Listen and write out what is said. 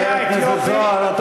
חבר הכנסת זוהר,